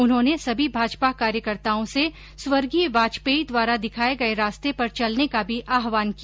उन्होंने सभी भाजपा कार्यकर्ताओं से स्वर्गीय वाजपेयी द्वारा दिखाए गए रास्ते पर चलने का भी आह्वान किया